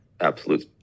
Absolute